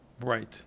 Right